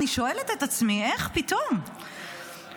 אני שואלת את עצמי איך פתאום הקואליציה,